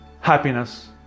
happiness